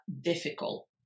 difficult